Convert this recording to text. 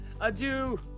adieu